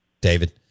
David